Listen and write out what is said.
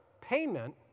payment